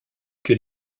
que